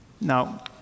Now